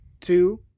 two